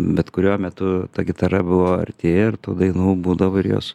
bet kuriuo metu ta gitara buvo arti ir tų dainų būdavo ir jos